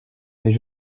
mais